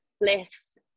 bless